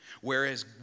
Whereas